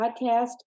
podcast